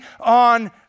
on